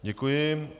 Děkuji.